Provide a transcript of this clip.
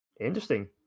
Interesting